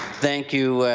thank you,